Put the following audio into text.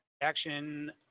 Action